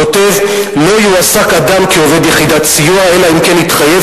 כתוב: "לא יועסק אדם כעובד יחידת סיוע אלא אם כן התחייב